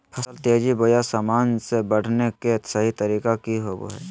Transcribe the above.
फसल तेजी बोया सामान्य से बढने के सहि तरीका कि होवय हैय?